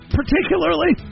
particularly